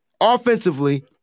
offensively